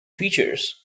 features